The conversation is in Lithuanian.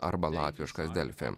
arba latviškas delfi